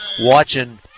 watching